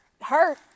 Hurt